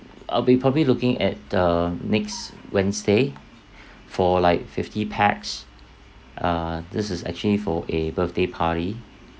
I'll be probably looking at the next wednesday for like fifty pax uh this is actually for a birthday party